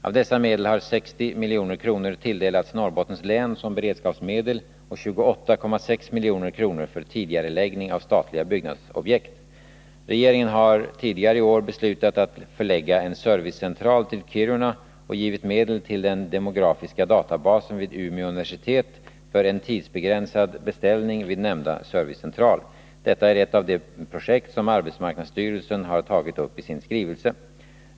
Av dessa medel har 60 milj.kr. tilldelats Norrbottens län som beredskapsmedel och 28,6 milj.kr. för tidigareläggning av statliga byggnadsobjekt. Regeringen har tidigare i år beslutat att förlägga en servicecentral till Kiruna och givit medel till den demografiska databasen vid Umeå universitet för en tidsbegränsad beställning vid nämnda servicecentral. Detta är ett av de projekt som arbetsmarknadsstyrelsen har tagit upp i sin skrivelse.